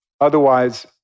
Otherwise